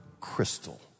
crystal